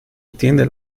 entiende